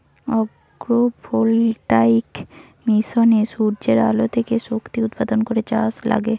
agro voltaic মেশিনে সূর্যের আলো থেকে শক্তি উৎপাদন করে চাষে লাগে